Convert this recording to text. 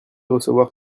recevoir